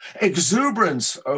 exuberance